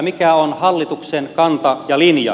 mikä on hallituksen kanta ja linja